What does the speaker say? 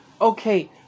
Okay